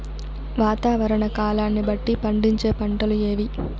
వాతావరణ కాలాన్ని బట్టి పండించే పంటలు ఏవి?